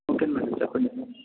okay madam చెప్పండి